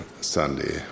Sunday